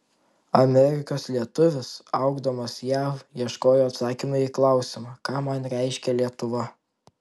amerikos lietuvis augdamas jav ieškojau atsakymo į klausimą ką man reiškia lietuva